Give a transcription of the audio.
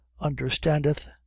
understandeth